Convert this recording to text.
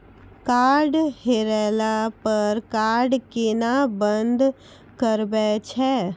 Card हेरैला पर card केना बंद करबै छै?